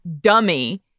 dummy